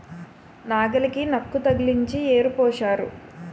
నాగలికి నక్కు తగిలించి యేరు పూశారు